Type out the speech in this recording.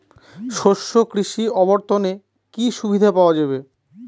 শস্য কৃষি অবর্তনে কি সুবিধা পাওয়া যাবে?